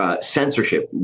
Censorship